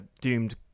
doomed